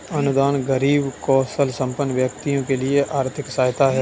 अनुदान गरीब कौशलसंपन्न व्यक्तियों के लिए आर्थिक सहायता है